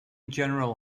general